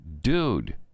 Dude